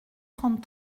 trente